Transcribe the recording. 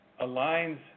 aligns